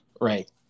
Right